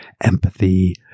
empathy